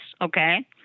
okay